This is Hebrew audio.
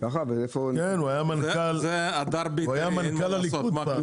זה הדר בית"רי, אין מה לעשות.